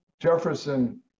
Jefferson